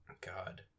God